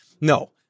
No